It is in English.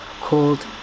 called